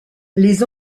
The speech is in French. les